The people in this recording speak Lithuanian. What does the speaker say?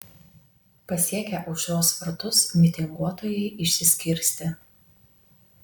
pasiekę aušros vartus mitinguotojai išsiskirstė